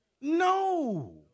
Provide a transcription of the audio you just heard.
No